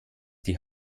die